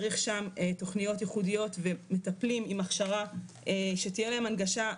צריך שם תכניות ייחודיות ומטפלים עם הכשרה שתהיה להם הנגשה,